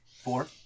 Four